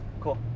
Cool